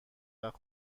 وقت